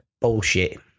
bullshit